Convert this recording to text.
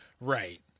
Right